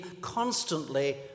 constantly